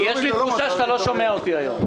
יש לי תחושה שאתה לא שומע אותי היום.